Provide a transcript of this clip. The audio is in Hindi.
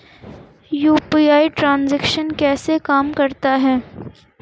यू.पी.आई ट्रांजैक्शन कैसे काम करता है?